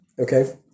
Okay